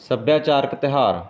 ਸੱਭਿਆਚਾਰਕ ਤਿਉਹਾਰ